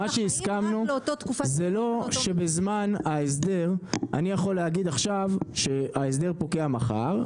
מה שהסכמנו זה לא שבזמן ההסדר אני יכול להגיד עכשיו שההסדר פוקע מחר,